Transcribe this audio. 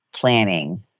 planning